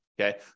Okay